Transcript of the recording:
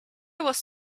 was